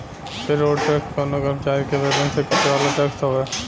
payroll tax कवनो कर्मचारी के वेतन से कटे वाला टैक्स हवे